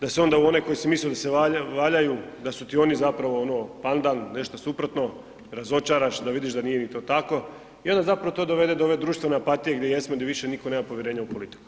Da se onda u one koje si mislio da valjaju da su ti oni zapravo ono pandan, nešto suprotno, razočaraš, da vidiš da nije ni to tako i onda zapravo to dovede do one društvene apatije gdje jesmo, di više nitko nema povjerenja u politiku.